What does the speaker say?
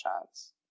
shots